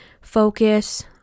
focus